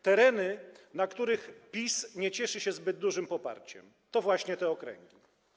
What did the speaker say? Tereny, na których PiS nie cieszy się zbyt dużym poparciem, to właśnie te okręgi.